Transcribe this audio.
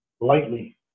lightly